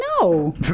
no